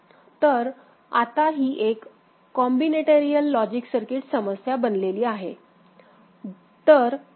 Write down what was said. तर आता ही एक कॉम्बिनेटरियल लॉजिक सर्किट समस्या बनली आहे